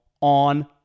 on